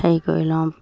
হেৰি কৰি লওঁ